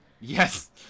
Yes